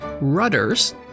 rudders